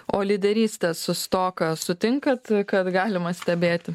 o lyderystės su stoka sutinkat kad galima stebėti